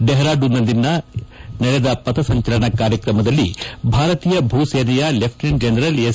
ಡೆಹ್ರಾಡೂನ್ನಲ್ಲಿಂದು ನಡೆದ ಪಥಸಂಚಲನ ಕಾರ್ಯಕ್ರಮದಲ್ಲಿ ಭಾರತೀಯ ಭೂ ಸೇನೆಯ ಲೆಪ್ಟಿನೆಂಟ್ ಜನರಲ್ ಎಸ್